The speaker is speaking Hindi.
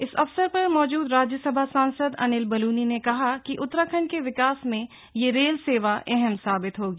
इस अवसर पर मौजूद राज्यसभा सांसद अनिल बलूनी ने कहा कि उत्तराखंड के विकास में यह रेल सेवा अहम साबित होगी